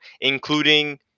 including